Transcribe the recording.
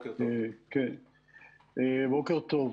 בוקר טוב.